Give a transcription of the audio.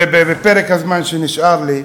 בפרק הזמן שנשאר לי,